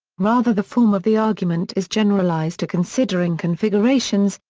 rather the form of the argument is generalized to considering configurations,